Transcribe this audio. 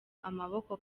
amaboko